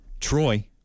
Troy